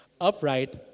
Upright